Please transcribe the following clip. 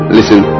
Listen